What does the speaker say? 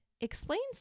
explains